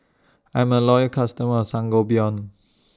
I'm A Loyal customer of Sangobion